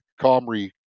Comrie